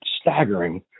staggering